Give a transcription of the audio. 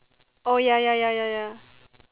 oh ya ya ya ya ya